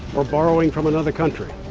or borrowing from another country.